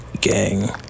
Gang